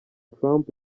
trump